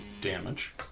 damage